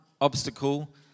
obstacle